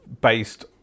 based